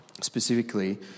specifically